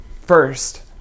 First